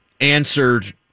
answered